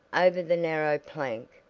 over the narrow plank,